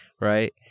right